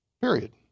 Period